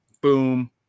boom